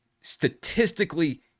statistically